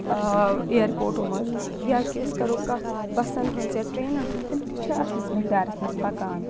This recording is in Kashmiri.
اِیَرپوٹو منٛز یا کہ أسۍ کَرو کَتھ بَسن ہٕنٛز یا ٹرٛینَن ہٕنٛز تِم تہِ چھَ اَصلِس مٮ۪قدارَس منٛز پَکان